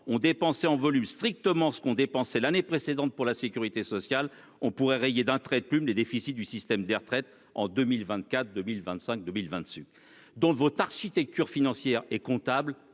ont dépensé en volume strictement ce qu'ont dépensé l'année précédente pour la sécurité sociale, on pourrait rayer d'un trait de plume les déficits du système des retraites en 2024, 2025 2025, dont le vote architecture financière et comptable